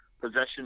possession